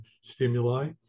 stimuli